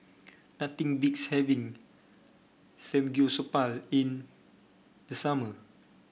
nothing beats having Samgyeopsal in the summer